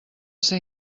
ser